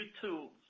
tools